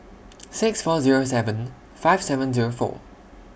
six four Zero seven five seven Zero four